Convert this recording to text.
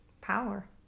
power